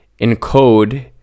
encode